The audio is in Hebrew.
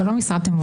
זה לא משרת אמון.